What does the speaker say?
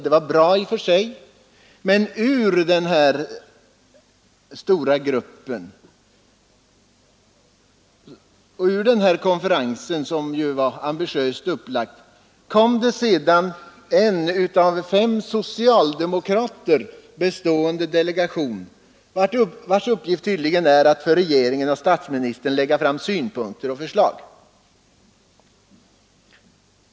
Det var bra i och för sig, men ur den här konferensen, som ju var ambitiöst upplagd, uppstod sedan en av fem socialdemokrater bestående delegation vars uppgift tydligen är att för regeringen och statsministern lägga fram synpunkter och förslag.